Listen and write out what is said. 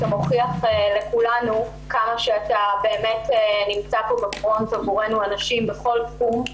אתה מוכיח לכולנו כמה שאתה באמת נמצא פה בפרונט עבורנו הנשים בכל תחום.